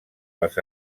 les